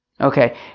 Okay